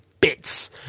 bits